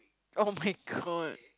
[oh]-my-god